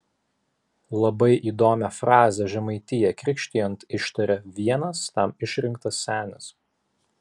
labai įdomią frazę žemaitiją krikštijant ištaria vienas tam išrinktas senis